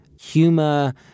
humor